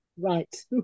Right